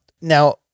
Now